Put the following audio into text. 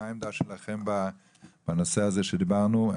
מה העמדה שלכם בנושא הזה שדיברנו,